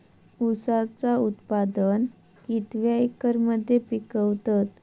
ऊसाचा उत्पादन कितक्या एकर मध्ये पिकवतत?